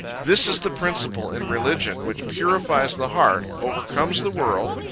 this is the principle in religion which purifies the heart, overcomes the world,